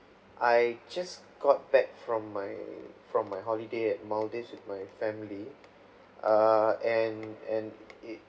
I just got back from my from my holiday at maldives with my family err and and it